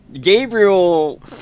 Gabriel